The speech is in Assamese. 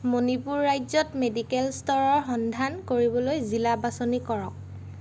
মণিপুৰ ৰাজ্যত মেডিকেল ষ্ট'ৰৰ সন্ধান কৰিবলৈ জিলা বাছনি কৰক